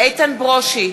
איתן ברושי,